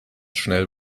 schnell